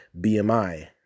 BMI